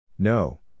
No